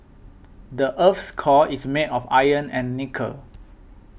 the earth's core is made of iron and nickel